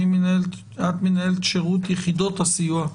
שאת מנהלת שרות יחידות הסיוע.